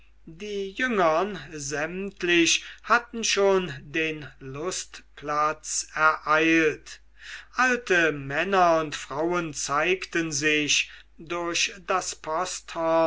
die jüngern sämtlich hatten schon den lustplatz ereilt alte männer und frauen zeigten sich durch das posthorn